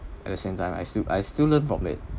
at the same time I still I still learn from it